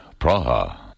Praha